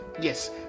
Yes